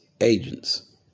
agents